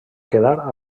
quedar